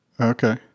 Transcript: Okay